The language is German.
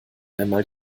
einmal